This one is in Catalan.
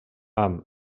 amb